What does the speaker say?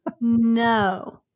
No